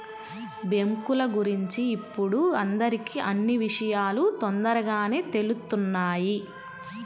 బ్యేంకుల గురించి ఇప్పుడు అందరికీ అన్నీ విషయాలూ తొందరగానే తెలుత్తున్నాయి